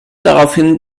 daraufhin